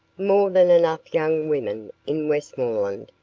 more than enough young women in westmoreland,